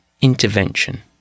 intervention